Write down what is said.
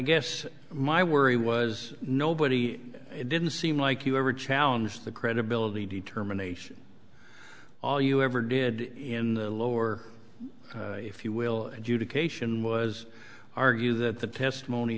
guess my worry was nobody it didn't seem like you ever challenge the credibility determination all you ever did in the lower if you will education was argue that the testimony